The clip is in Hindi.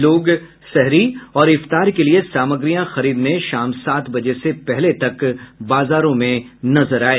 लोग सेहरी और इफ्तार के लिए सामग्रियां खरीदने शाम सात बजे से पहले तक बाजारों में नजर आयें